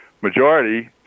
majority